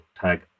tag